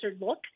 look